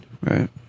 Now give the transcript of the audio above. Right